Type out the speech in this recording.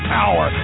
power